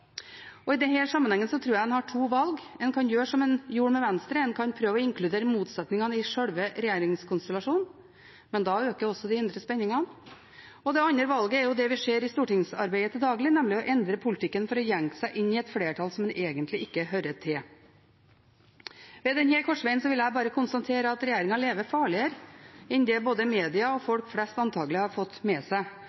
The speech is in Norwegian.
I denne sammenhengen tror jeg en har to valg. Man kan gjøre som man gjorde med Venstre, prøve å inkludere motsetningene i sjølve regjeringskonstellasjonen – men da øker også de indre spenningene. Det andre valget er det vi ser i stortingsarbeidet til daglig, nemlig å endre politikken for å jenke seg etter et flertall som man egentlig ikke hører til. Ved denne korsveien vil jeg bare konstatere at regjeringen lever farligere enn det både media og